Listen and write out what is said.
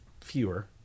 fewer